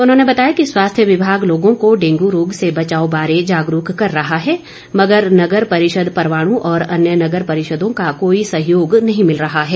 उन्होंने बताया कि स्वास्थ्य विभाग लोगो को डेंगू रोग से बचाव बारे जागरूक कर रहा है मगर नगर परिषद परवाणू और अन्य नगर परिषदों का कोई सहयोग नही मिल रहा है